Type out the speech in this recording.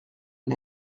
une